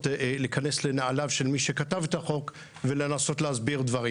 להיכנס לנעליו של מי שכתב את החוק ולנסות להסביר דברים.